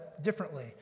differently